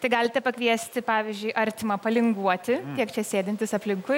tai galite pakviesti pavyzdžiui artimą palinguoti tiek čia sėdintys aplinkui